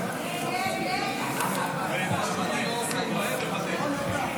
חבריי חברי הכנסת.